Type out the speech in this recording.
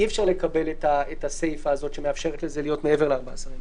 אי אפשר לקבל את הסיפה האת שמאפשרת לזה להיות מעבר ל-14 ימים.